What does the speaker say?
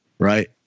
Right